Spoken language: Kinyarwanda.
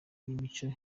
imico